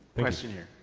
question here.